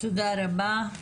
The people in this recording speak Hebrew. תודה רבה.